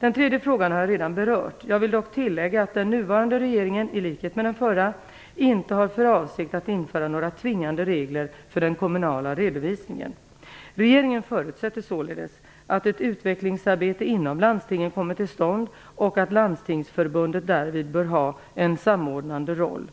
Den tredje frågan har jag redan berört. Jag vill dock tillägga att den nuvarande regeringen, i likhet med den förra, inte har för avsikt att införa några tvingande regler för den kommunala redovisningen. Regeringen förutsätter således att ett utvecklingsarbete inom landstingen kommer till stånd och att Landstingsförbundet därvid bör ha en samordnande roll.